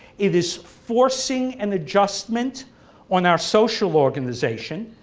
it is forcing an adjustment on our social organization,